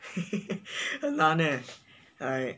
很难 leh